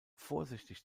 vorsichtig